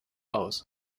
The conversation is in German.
aus